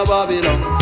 Babylon